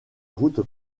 route